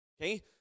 Okay